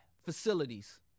facilities